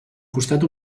costat